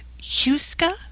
Huska